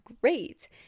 great